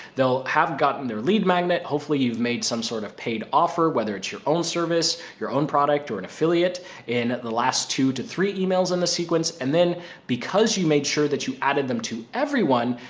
they'll have gotten their lead magnet. hopefully you've made some sort of paid offer, whether it's your own service, your own product, or an affiliate in the last two to three emails in the sequence. and then because you made sure that you added them to everyone,